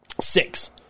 six